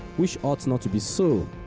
which ought not to be so.